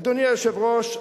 אדוני היושב-ראש,